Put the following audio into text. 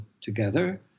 together